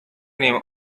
name